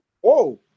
whoa